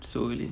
slowly